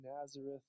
Nazareth